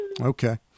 Okay